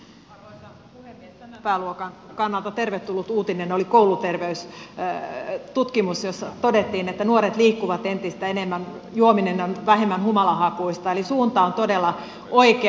tämän pääluokan kannalta tervetullut uutinen oli kouluterveystutkimus jossa todettiin että nuoret liikkuvat entistä enemmän juominen on vähemmän humalahakuista eli suunta on todella oikea